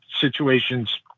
situations